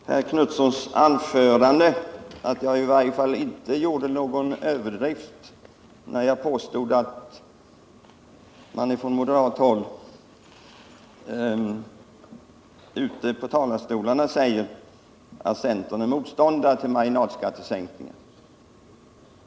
Herr talman! Jag konstaterade efter att ha hört herr Knutsons anförande att det inte var någon överdrift när jag påstod att man från moderat håll ute i talarstolarna säger att centern är motståndare till marginalskattesänkningar.